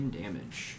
damage